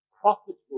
profitable